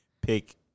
pick